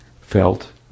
felt